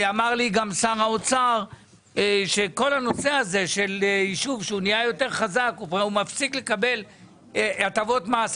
אמר לי גם שר האוצר שיישוב שנהיה יותר חזק מפסיק לקבל הטבות מס,